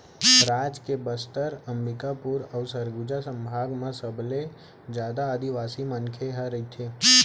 राज के बस्तर, अंबिकापुर अउ सरगुजा संभाग म सबले जादा आदिवासी मनखे ह रहिथे